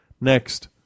Next